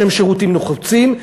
שהם שירותים נחוצים,